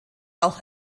auch